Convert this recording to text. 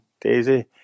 Daisy